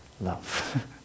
love